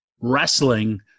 wrestling